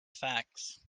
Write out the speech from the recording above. facts